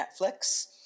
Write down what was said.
Netflix